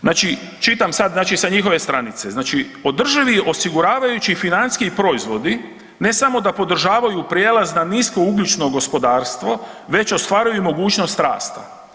Znači, čitam sad znači sa njihove stranice, znači održivi osiguravajući financijski proizvodi, ne samo da podržavaju prijelaz na niskougljičko gospodarstvo već ostvaruju mogućnost rasta.